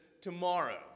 tomorrow